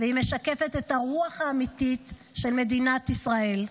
היא משקפת את הרוח האמיתית של מדינת ישראל.